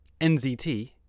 NZT